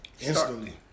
Instantly